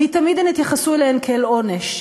תמיד הן התייחסו אליהן כאל עונש,